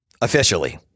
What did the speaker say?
Officially